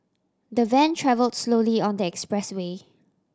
the van travel slowly on the expressway